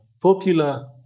popular